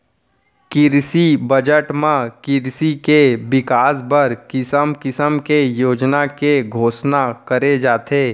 किरसी बजट म किरसी के बिकास बर किसम किसम के योजना के घोसना करे जाथे